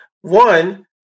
one